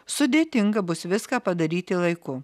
sudėtinga bus viską padaryti laiku